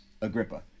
Agrippa